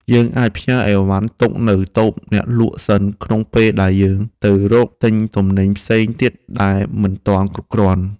យើងអាចផ្ញើអីវ៉ាន់ទុកនៅតូបអ្នកលក់សិនក្នុងពេលដែលយើងទៅរកទិញទំនិញផ្សេងទៀតដែលមិនទាន់គ្រប់គ្រាន់។